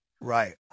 right